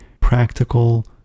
practical